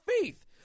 faith